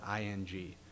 ing